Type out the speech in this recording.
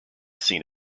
scene